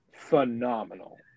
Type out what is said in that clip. phenomenal